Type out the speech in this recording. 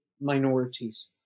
minorities